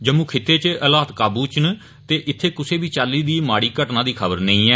जम्मू खित्ते इच हालात काबू इच न ते इत्थे कुसै बी चाल्ली दी माड़ी घटना दी खबर नेई ऐ